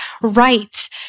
right